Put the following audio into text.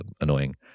annoying